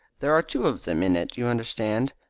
there are two of them in it, you understand.